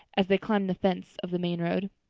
as they climbed the fence of the main road.